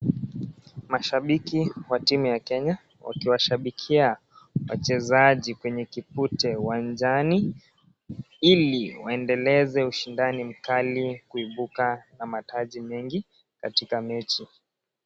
Mashabiki wa timu ya Kenya, wakiwashabikia wachezaji kwenye kipute uwanjani, ili waendeleze ushindani mkali kuibuka na mataji mengi, katika mechi.